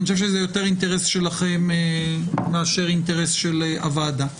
אני חושב שזה יותר אינטרס שלכם מאשר אינטרס של הוועדה .